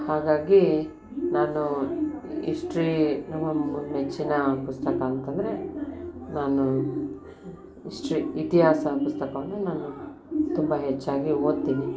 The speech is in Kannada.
ಹಾಗಾಗಿ ನಾನು ಇಸ್ಟ್ರಿ ನಮ್ಮ ನೆಚ್ಚಿನ ಪುಸ್ತಕ ಅಂತಂದರೆ ನಾನು ಇಸ್ಟ್ರಿ ಇತಿಹಾಸ ಪುಸ್ತಕವನ್ನು ನಾನು ತುಂಬ ಹೆಚ್ಚಾಗಿ ಓದ್ತೀನಿ